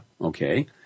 Okay